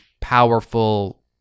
powerful